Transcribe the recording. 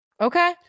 Okay